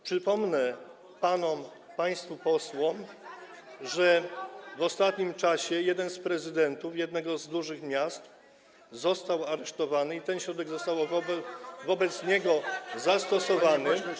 Przypomnę panom, państwu posłom, że w ostatnim czasie jeden z prezydentów jednego z dużych miast został aresztowany i ten środek został wobec niego zastosowany po przyjęciu.